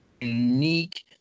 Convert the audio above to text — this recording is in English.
unique